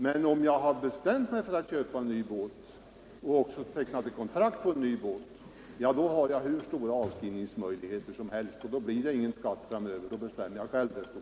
Men om man har bestämt sig för att köpa en ny båt och även har tecknat kontrakt på en sådan, har man hur stora avskrivningsmöjligheter som helst och bestämmer själv hur stor skatten skall bli framöver.